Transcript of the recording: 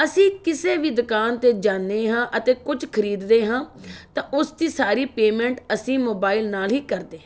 ਅਸੀਂ ਕਿਸੇ ਵੀ ਦੁਕਾਨ 'ਤੇ ਜਾਂਦੇ ਹਾਂ ਅਤੇ ਕੁਝ ਖਰੀਦਦੇ ਹਾਂ ਤਾਂ ਉਸ ਦੀ ਸਾਰੀ ਪੇਮੈਂਟ ਅਸੀਂ ਮੋਬਾਈਲ ਨਾਲ ਹੀ ਕਰਦੇ ਹਾਂ